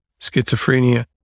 schizophrenia